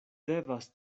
devas